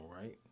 right